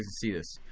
see this.